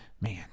man